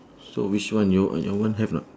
so which one you uh your one have or not